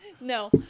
No